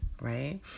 right